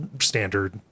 standard